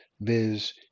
viz